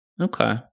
Okay